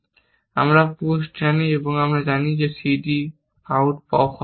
সুতরাং আমরা পুসড জানি আমরা জানি এই c d আউট পপ হবে